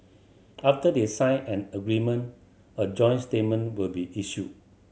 after they sign an agreement a joint statement will be issued